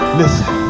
listen